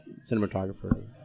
cinematographer